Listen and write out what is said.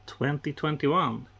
2021